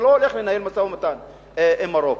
אתה לא הולך לנהל משא-ומתן עם מרוקו.